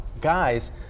guys